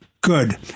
good